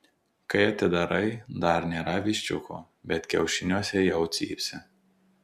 kai atidarai dar nėra viščiukų bet kiaušiniuose jau cypsi